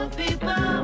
people